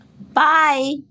Bye